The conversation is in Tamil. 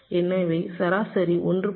எனவே சராசரி 1